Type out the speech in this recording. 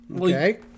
Okay